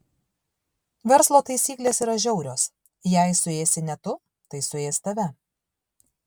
verslo taisyklės yra žiaurios jei suėsi ne tu tai suės tave